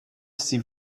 sie